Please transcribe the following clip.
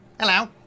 Hello